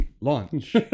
Launch